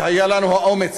והיה לנו האומץ,